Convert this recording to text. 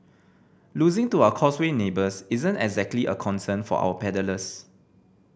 losing to our Causeway neighbours isn't exactly a concern for our paddlers